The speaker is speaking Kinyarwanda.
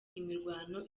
imirwano